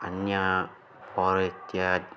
अन्ये पौरिहित्यं